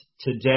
today